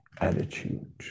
attitude